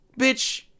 Bitch